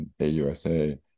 AUSA